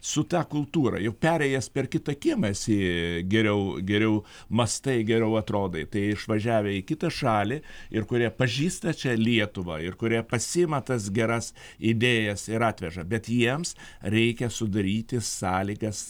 su ta kultūra jau perėjęs per kitą kiemą esi geriau geriau mąstai geriau atrodai tai išvažiavę į kitą šalį ir kurie pažįsta čia lietuvą ir kurie pasiima tas geras idėjas ir atveža bet jiems reikia sudaryti sąlygas